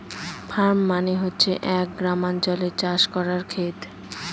farm মানে হচ্ছে এক গ্রামাঞ্চলে চাষ করার খেত